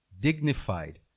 dignified